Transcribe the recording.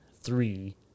three